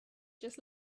just